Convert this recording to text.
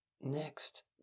Next